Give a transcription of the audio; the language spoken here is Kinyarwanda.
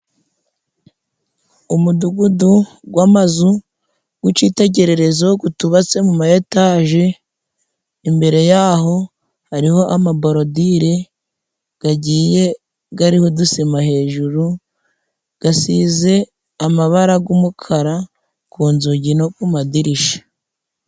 Umudugudu gw'amazu gwi'icitegererezo gutubatse mu ma etaje, imbere yaho hariho amaborodire gagiye gariye gariho udusima hejuru, gasize amabara g’umukara ku nzugi no ku madirisha.